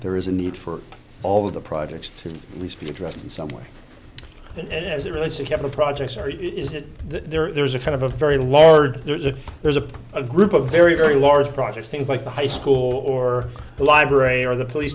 there is a need for all of the projects to least be addressed in some way and as it relates to capital projects or is it that there is a kind of a very ward there's a there's a a group of very very large projects things like the high school or the library or the police